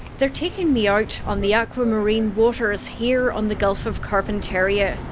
they're taking me out on the aquamarine waters, here on the gulf of carpentaria.